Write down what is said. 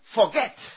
forget